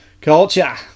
Culture